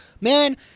man